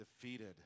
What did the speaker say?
defeated